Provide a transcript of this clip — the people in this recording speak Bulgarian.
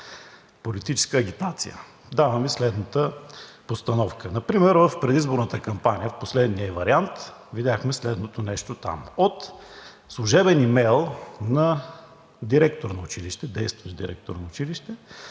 „политическа агитация“. Давам Ви следната постановка – например в предизборната кампания в последния ѝ вариант видяхме следното нещо там: от служебен имейл на действащ директор на училище